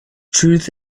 truth